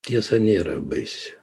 tiesa nėra baisi